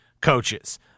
coaches